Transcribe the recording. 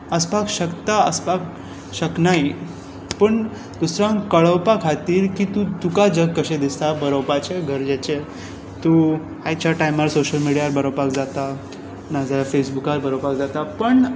आसपाक शकता आसपाक शकनाय पूण दुसऱ्यांक कळोवपा खातीर की तुका जग कशें दिसता बरोवपाचें गरजेचें तूं आयच्या टायमार सोशियल मिडियार बरोवपाक जाता ना जाल्यार फॅसबुकार बरोवपाक जाता पण